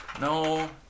No